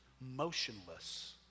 motionless